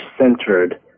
centered